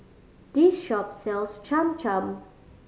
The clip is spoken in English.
this shop sells Cham Cham